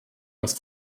was